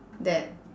that